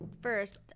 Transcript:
first